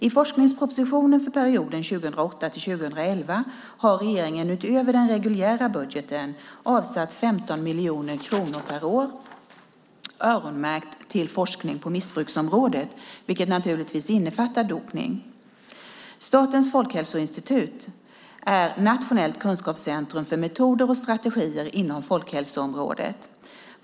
I forskningspropositionen för perioden 2008-2011 har regeringen utöver den reguljära budgeten avsatt 15 miljoner kronor per år öronmärkt till forskning på missbruksområdet, vilket naturligtvis innefattar dopning. Statens folkhälsoinstitut, FHI, är nationellt kunskapscentrum för metoder och strategier inom folkhälsoområdet.